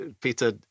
peter